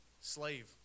slave